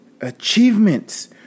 achievements